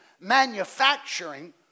manufacturing